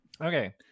Okay